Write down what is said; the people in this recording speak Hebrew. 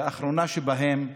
האחרונה שבהן,